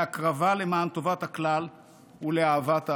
להקרבה למען טובת הכלל ולאהבת הארץ.